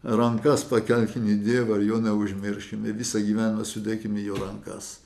rankas pakelkim į dievą ir jo neužmiršim ir visą gyvenimą sudėkime į jo rankas